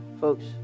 Folks